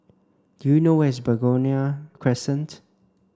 do you know where is Begonia Crescent